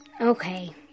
Okay